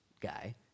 guy